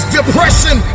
depression